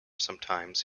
sometimes